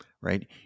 right